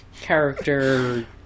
character